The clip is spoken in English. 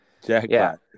Jackpot